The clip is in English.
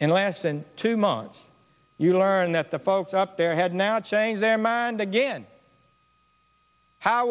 in less than two months you learned that the folks up there had now changed their mind again how